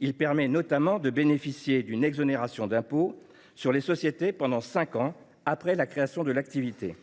Il permet notamment de bénéficier d’une exonération d’impôt sur les sociétés pendant les cinq années suivant la création de l’activité.